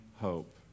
hope